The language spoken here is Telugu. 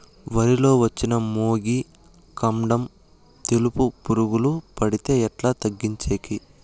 వరి లో వచ్చిన మొగి, కాండం తెలుసు పురుగుకు పడితే ఎట్లా తగ్గించేకి?